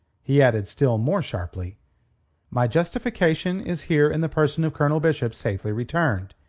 he added still more sharply my justification is here in the person of colonel bishop safely returned.